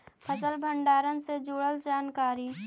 फसल भंडारन से जुड़ल जानकारी?